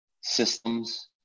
systems